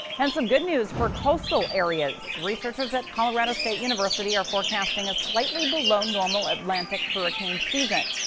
and some good news for coastal areas. researchers at colorado state university are forecasting a slightly below normal atlantic hurricane season.